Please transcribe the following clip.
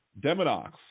Deminox